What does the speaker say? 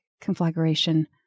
conflagration